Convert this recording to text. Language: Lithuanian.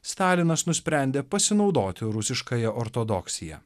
stalinas nusprendė pasinaudoti rusiškąja ortodoksija